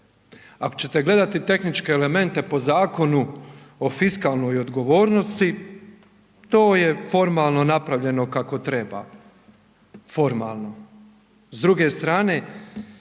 Ako ćete gledati tehničke elemente po Zakonu o fiskalnoj odgovornosti to je formalno napravljeno kako treba, formalno.